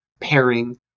pairing